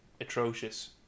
atrocious